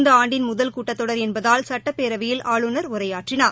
இந்த ஆண்டின் முதல் கூட்டத்தொடர் என்பதால் சுட்டப்பேரவையில் ஆளுநர் உரையாற்றினார்